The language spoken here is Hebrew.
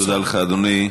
תודה לך, אדוני.